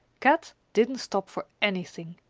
kat didn't stop for anything.